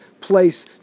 place